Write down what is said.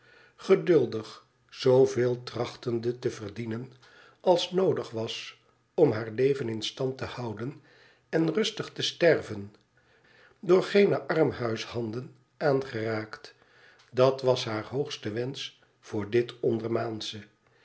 geduldig zooveel trachtende te verdienen als noodig was om haar leven in stand te houden en rustig te sterven door geene armhuishanden aangeraakt dat was haar hoogste wensch voor dit ondermaansche